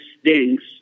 stinks